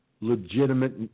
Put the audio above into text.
legitimate